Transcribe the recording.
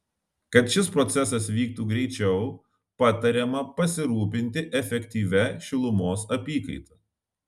kad šis procesas vyktų greičiau patariama pasirūpinti efektyvia šilumos apykaita